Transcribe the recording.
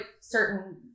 certain